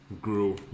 grew